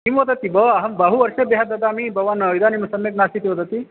किं वदति भोः अहं बहु वर्षेभ्यः ददामि भवान् इदानीं सम्यक् नास्ति इति वदति